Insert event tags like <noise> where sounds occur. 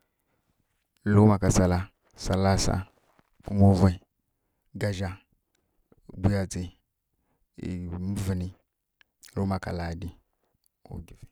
Luma ka tsala, salasa, muvi, gazja, buyadzi, mǝvǝni, luma ka laadi. <unintelligible>